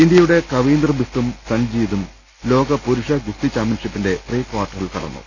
ഇന്തൃയുടെ കവീന്ദർ ബിസ്തും സൻജീദും ലോക പുരുഷ ഗുസ്തി ചാമ്പ്യൻഷിപ്പിന്റെ പ്രീ ക്വാർട്ടറിൽ കടന്നു